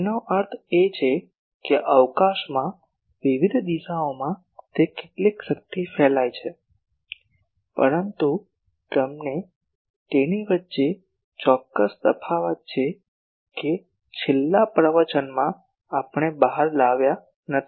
તેનો અર્થ એ કે અવકાશમાં વિવિધ દિશાઓમાં તે કેટલી શક્તિ ફેલાય છે પરંતુ તેમની વચ્ચે ચોક્કસ તફાવત છે કે છેલ્લા પ્રવચનમાં આપણે બહાર લાવ્યા નથી